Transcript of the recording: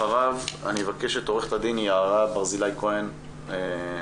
אחריו אני אבקש את עורכת הדין יערה ברזילי כהן מהפרקליטות.